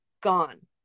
gone